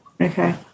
Okay